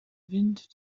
wind